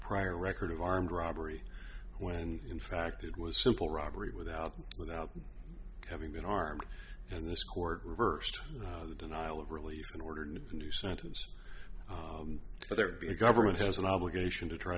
prior record of armed robbery when in fact it was simple robbery without without having been armed and this court reversed the denial of relief and ordered a new sentence but there are big government has an obligation to try